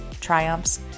triumphs